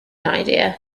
idea